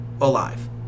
alive